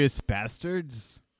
Bastards